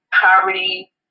Poverty